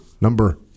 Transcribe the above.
number